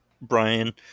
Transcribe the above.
Brian